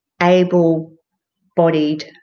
able-bodied